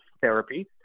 therapy